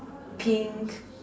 pink